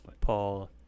Paul